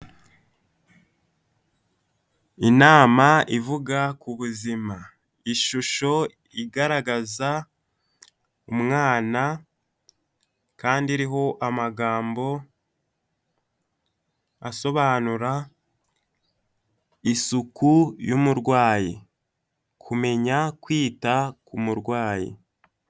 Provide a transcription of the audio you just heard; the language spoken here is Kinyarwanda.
Inama ivuga ku buzima, ishusho igaragaza umwana kandi iriho amagambo asobanura isuku y'umurwayi kumenya kwita ku murwayi.